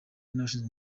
n’abashinzwe